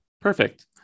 Perfect